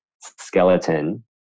skeleton